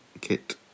kit